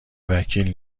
وکیل